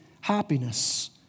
happiness